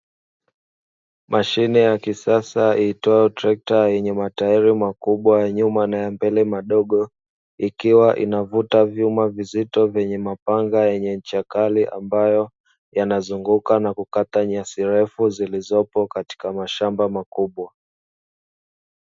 Mashine ya kisasa iitwayo trekta yenye matairi makubwa nyuma na ya mbele madogo ikiwa, inavuta vyuma vizito vyenye mapanga yenye ncha kali, ambayo yanazunguka na kukata nyasirefu zilizopo katika mashamba makubwa.